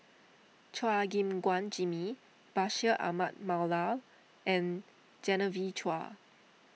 Chua Gim Guan Jimmy Bashir Ahmad Mallal and Genevieve Chua